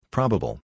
Probable